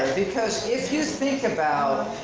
because if you think about,